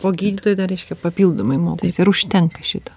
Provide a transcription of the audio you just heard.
o gydytojai dar reiškia papildomai mokosi ir užtenka šito